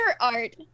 art